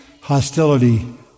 hostility